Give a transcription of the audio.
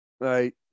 right